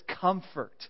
comfort